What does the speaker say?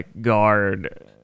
guard-